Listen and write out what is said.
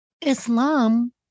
Islam